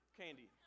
candy